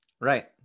right